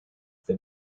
the